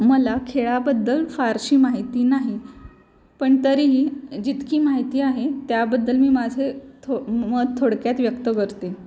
मला खेळाबद्दल फारशी माहिती नाही पण तरीही जितकी माहिती आहे त्याबद्दल मी माझे थो मत थोडक्यात व्यक्त करते